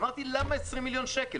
אמרתי: למה 20 מיליון שקל?